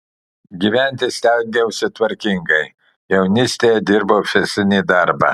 gyventi stengiausi tvarkingai jaunystėje dirbau fizinį darbą